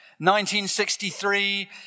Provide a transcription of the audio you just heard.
1963